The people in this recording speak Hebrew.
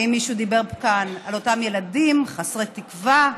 האם מישהו דיבר כאן על אותם ילדים חסרי תקווה?